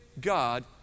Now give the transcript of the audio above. God